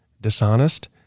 dishonest